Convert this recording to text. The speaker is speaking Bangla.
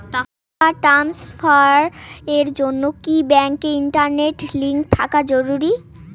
টাকা ট্রানস্ফারস এর জন্য কি ব্যাংকে ইন্টারনেট লিংঙ্ক থাকা জরুরি?